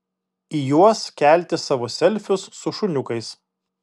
į juos kelti savo selfius su šuniukais